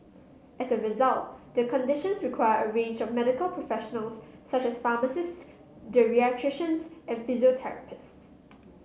as a result their conditions require a range of medical professionals such as pharmacists geriatricians and physiotherapists